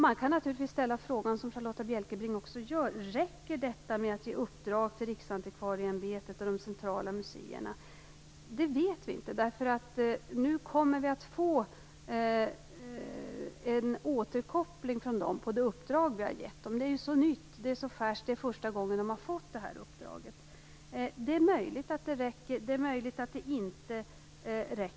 Man kan naturligtvis ställa frågan, som Charlotta Bjälkebring också gör: Räcker det att ge uppdrag åt Riksantikvarieämbetet och de centrala museerna? Det vet vi inte. Nu kommer vi att få en återkoppling från dem i fråga om det uppdrag vi har givit dem. Det är ju så nytt, det är så färskt. Det är första gången de har fått det här uppdraget. Det är möjligt att det räcker, det är möjligt att det inte räcker.